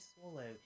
swallow